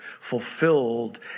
fulfilled